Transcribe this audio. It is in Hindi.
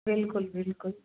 बिल्कुल बिल्कुल